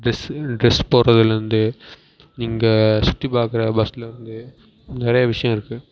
dress dress போடுறதுல இருந்து நீங்கள் சுற்றி பார்க்குற பஸ்ஸில் இருந்து நிறைய விஷயம் இருக்குது